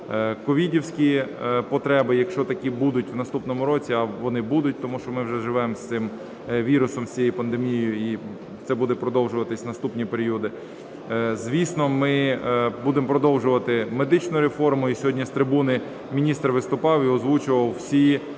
ковідівські потреби, якщо такі будуть в наступному році. А вони будуть, тому що ми вже живемо з цим вірусом, з цією пандемією і це буде продовжуватись наступні періоди. Звісно, ми будемо продовжувати медичну реформу і сьогодні з трибуни міністр виступав і озвучував всі